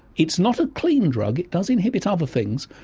it's not a clean drug, it does inhibit other things.